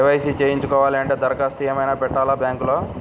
KYC చేయించుకోవాలి అంటే దరఖాస్తు ఏమయినా పెట్టాలా బ్యాంకులో?